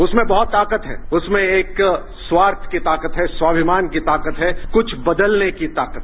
उसमें बहुत ताकत है उसमें एक स्वार्थ की ताकत है स्वामिमान की ताकत है कुछ बदलने की ताकत